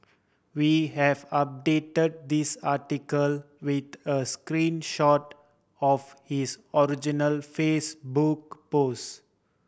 we have update this article with a screen shot of his original Facebook pose